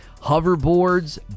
hoverboards